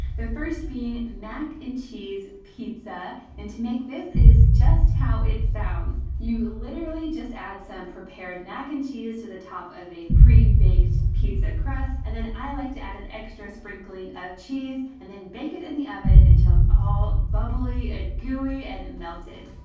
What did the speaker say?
the first being mac and cheese pizza. and to make this, it is just how it sounds. you literally just add some prepared mac and cheese, to the top of a pre-baked pizza crust. and then i like to add an extra sprinkling of cheese, and then bake it in the oven, until it's all bubbly, and gooey, and and melted.